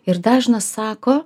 ir dažnas sako